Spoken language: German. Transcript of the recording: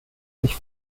sich